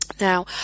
Now